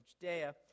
Judea